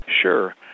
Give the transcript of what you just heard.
Sure